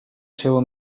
seua